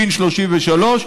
ש/33,